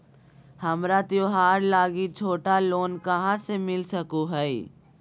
हमरा त्योहार लागि छोटा लोन कहाँ से मिल सको हइ?